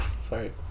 Sorry